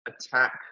attack